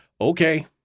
okay